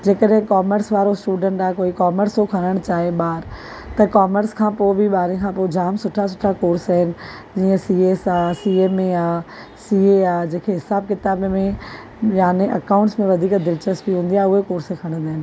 जे कॾहिं कॉमर्स वारो स्टूडंट आहे कोई कॉमर्स थो खणणु चाहे ॿार त कॉमर्स खां पोइ बि ॿारहें खां पोइ बि जाम सुठा सुठा कोर्स आहिनि जीअं सी एस आहे C M A C A आहे जंहिं खे हिसाब किताब में याने अकाउंट्स में दिलचस्पी हूंदी आहे उहे कोर्स खणंदा आहिनि